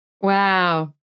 Wow